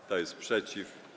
Kto jest przeciw?